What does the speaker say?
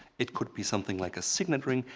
it could be something like a signet ring,